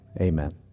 amen